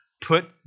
put